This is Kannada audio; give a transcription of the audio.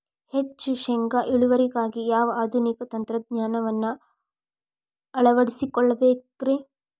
ಹೆಚ್ಚು ಶೇಂಗಾ ಇಳುವರಿಗಾಗಿ ಯಾವ ಆಧುನಿಕ ತಂತ್ರಜ್ಞಾನವನ್ನ ಅಳವಡಿಸಿಕೊಳ್ಳಬೇಕರೇ?